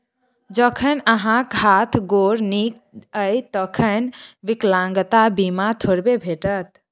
जखन अहाँक हाथ गोर नीक यै तखन विकलांगता बीमा थोड़बे भेटत?